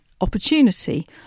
opportunity